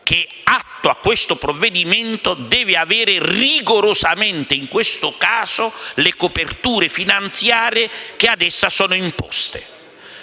che attua questo provvedimento deve avere rigorosamente in questo caso le coperture finanziarie che ad esso sono imposte.